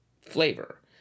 flavor